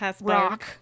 rock